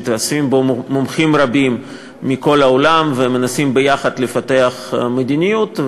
שמתאספים בו מומחים רבים מכל העולם ומנסים יחד לפתח מדיניות.